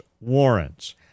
warrants